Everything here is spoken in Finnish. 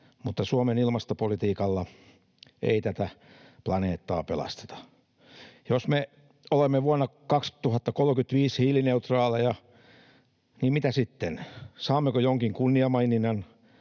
mutta Suomen ilmastopolitiikalla ei tätä planeettaa pelasteta. Jos me olemme vuonna 2035 hiilineutraaleja, niin mitä sitten? Saammeko jonkin kunniamaininnan